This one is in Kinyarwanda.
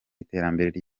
iterambere